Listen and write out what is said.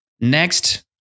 Next